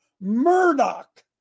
Murdoch